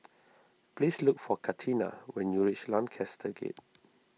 please look for Katina when you reach Lancaster Gate